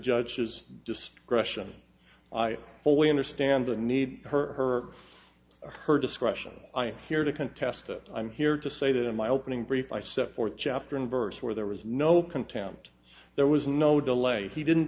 judge's discretion i fully understand the need her her discretion i am here to contest i'm here to say that in my opening brief i set forth chapter and verse where there was no contempt there was no delay he didn't